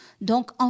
Donc